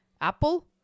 apple